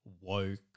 woke